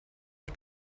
auf